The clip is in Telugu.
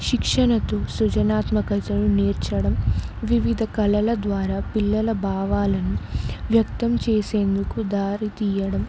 శిక్షణతో సృజనాత్మకతను నేర్పడం వివిధ కళల ద్వారా పిల్లల భావాలను వ్యక్తం చేసేందుకు దారితీయడం